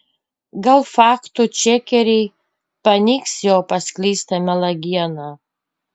gal faktų čekeriai paneigs jo paskleistą melagieną